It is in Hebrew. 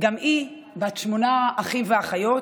גם היא בת שמונה אחים ואחיות,